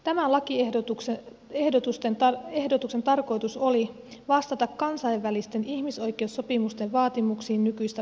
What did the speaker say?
tämän lakiehdotuksen tarkoitus oli vastata kansainvälisten ihmisoikeussopimusten vaatimuksiin nykyistä paremmin